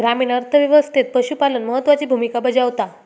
ग्रामीण अर्थ व्यवस्थेत पशुपालन महत्त्वाची भूमिका बजावता